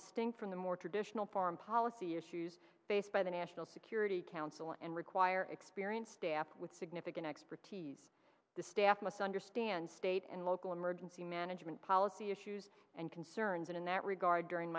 distinct from the more traditional foreign policy issues faced by the national security council and require experienced staff with significant expertise the staff must understand state and local emergency management policy issues and concerns and in that regard during